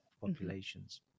populations